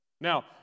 Now